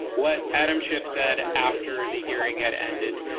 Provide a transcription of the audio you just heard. what adam schiff said after the hearing had ended.